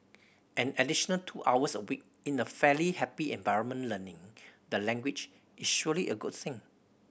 an additional two hours a week in a fairly happy environment learning the language is surely a good thing